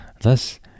Thus